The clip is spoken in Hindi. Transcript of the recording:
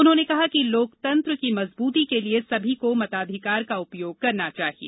उन्होंने कहा कि लोकतंत्र की मजबूती के लिए सभी को मताधिकार का उपयोग करना चाहिए